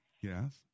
Yes